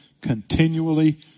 continually